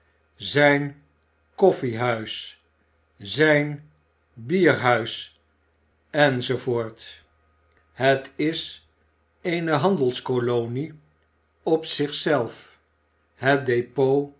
zijn koffiehuis zijn bierhuis enz het is eene handels kolonie op zich zelf het depot